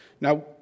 Now